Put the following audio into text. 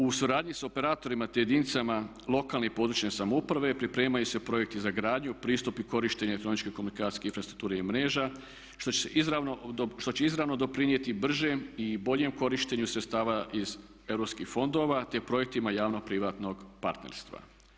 U suradnji sa operatorima te jedinicama lokalne i područne samouprave pripremaju se projekti za gradnju, pristup i korištenje elektroničke komunikacijske infrastrukture i mreža što će izravno doprinijeti bržem i boljem korištenju sredstava iz europskih fondova te projektima javno-privatnog partnerstva.